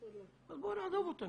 אז בואו נעזוב אותו,